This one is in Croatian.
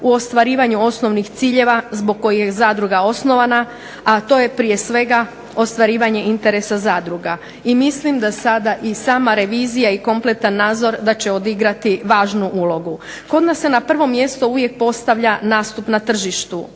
u ostvarivanju osnovnih ciljeva zbog kojih je zadruga osnovana, a to je prije svega ostvarivanje interesa zadruga. I mislim da sada i sama revizija i kompletan nadzor da će odigrati važnu ulogu. Kod nas se na prvo mjesto uvijek postavlja nastup na tržištu,